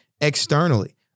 externally